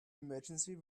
emergency